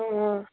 অঁ